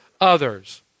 others